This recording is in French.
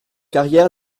carrier